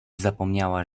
zapomniała